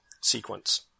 sequence